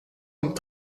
und